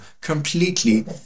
completely